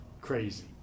crazy